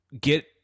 get